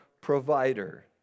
provider